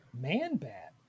Man-Bat